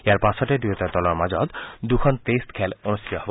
ইয়াৰ পাছতে দুয়োটা দলৰ মাজত দুখন টেষ্ট খেল অনুষ্ঠিত হ'ব